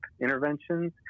interventions